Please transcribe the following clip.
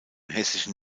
hessischen